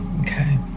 Okay